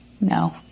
No